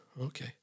Okay